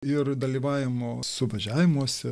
ir dalyvavimo suvažiavimuose